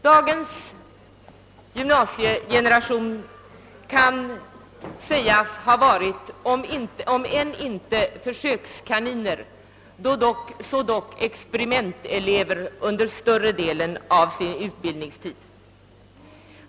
Dagens gymnasiegeneration kan sägas vara om än inte försökskaniner, så dock experimentelever under större delen av sin utbildningstid.